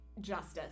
justice